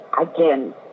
again